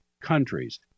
countries